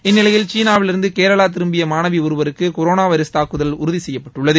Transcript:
இந்நிலையில் சீனாவிலிருந்து கேரளா திரும்பிய மாணவி ஒருவருக்கு கொரோனா வைரஸ் தாக்குதல் உறுதி செய்யப்பட்டுள்ளது